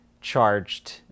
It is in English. charged